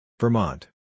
Vermont